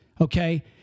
Okay